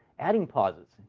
adding posits.